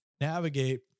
navigate